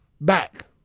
back